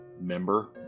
member